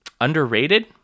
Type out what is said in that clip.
underrated